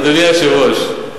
אדוני היושב-ראש,